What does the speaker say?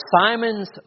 Simon's